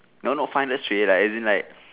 no no five hundred straight like as in like